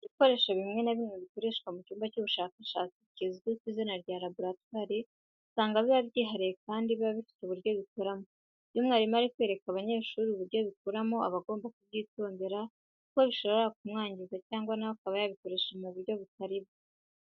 Ibikoresho bimwe na bimwe bikoreshwa mu cyumba cy'ubushakashatsi kizwi ku izina rya laboratwari, usanga biba byihariye kandi biba bifite uburyo bikoramo. Iyo umwarimu ari kwereka abanyeshuri uburyo bikoramo aba agomba kubyitondera kuko biba bishobora kumwangiza cyangwa na we akaba yabikoresha mu buryo butari bwo.